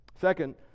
Second